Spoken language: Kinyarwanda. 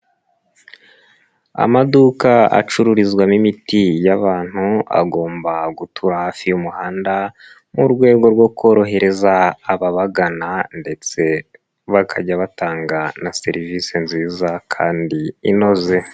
Amaduka acururizwamo imiti y'abantu agomba gutura hafi y'umuhanda, mu rwego rwo korohereza ababagana ndetse bakajya batanga na serivise nziza kandi inoze.